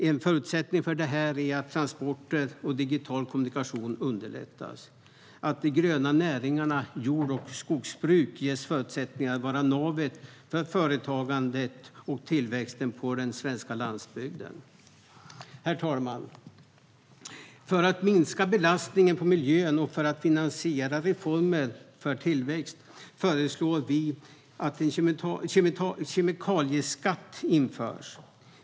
En förutsättning för det är att transporter och digital kommunikation underlättas och att de gröna näringarna jord och skogsbruk ges förutsättningar att vara navet för företagandet och tillväxten på den svenska landsbygden. Herr talman! För att minska belastningen på miljön och för att finansiera reformer för tillväxt föreslår vi att en kemikalieskatt införs.